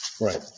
right